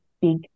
big